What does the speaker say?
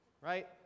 right